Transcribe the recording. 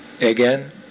again